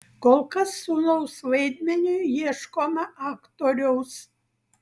kol kas sūnaus vaidmeniui ieškoma aktoriaus